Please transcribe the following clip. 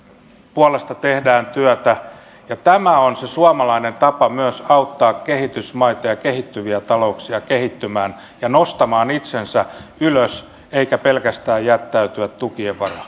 puolesta tehdään työtä tämä on se suomalainen tapa myös auttaa kehitysmaita ja kehittyviä talouksia kehittymään ja nostamaan itsensä ylös eikä pelkästään jättäytymään tukien varaan